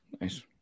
Nice